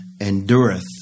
endureth